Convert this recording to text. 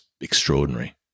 extraordinary